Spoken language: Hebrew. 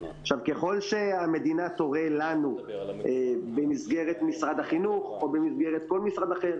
ככל שהמדינה תורה לנו במסגרת משרד החינוך או במסגרת כל משרד אחר